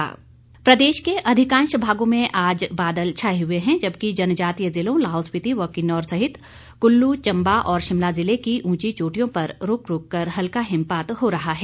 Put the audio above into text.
मौसम प्रदेश के अधिकांश भागों में आज बादल छाए हुए हैं जबकि जनजातीय जिलों लाहौल स्पीति व किन्नौर सहित कुल्लू चम्बा और शिमला जिले की ऊंची चोटियों पर रुक रुक कर हल्का हिमपात हों रहा है